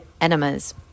enemas